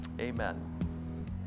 Amen